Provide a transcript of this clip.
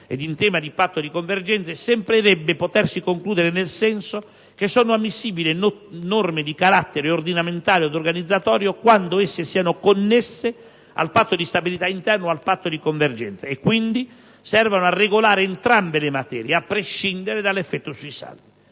in tema di patto di convergenza, sembrerebbe potersi concludere nel senso che sono ammissibili norme di carattere ordinamentale od organizzatorio quando esse siano connesse al patto di stabilità interno o al patto di convergenza e, quindi, servano a regolare entrambe le materie, a prescindere dall'effetto sui saldi.